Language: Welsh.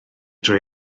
drwy